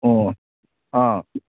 ꯑꯣ ꯑꯥ